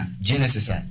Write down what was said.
genesis